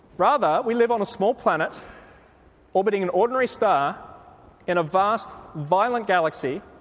rather we live on a small planet orbiting an ordinary star in a vast, violent galaxy.